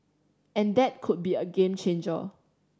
and that could be a game changer